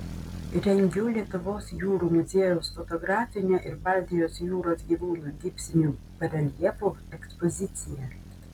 rengiau lietuvos jūrų muziejaus fotografinę ir baltijos jūros gyvūnų gipsinių bareljefų ekspoziciją